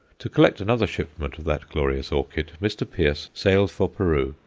to collect another shipment of that glorious orchid, mr. pearce sailed for peru,